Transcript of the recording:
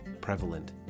prevalent